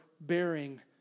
bearing